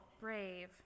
brave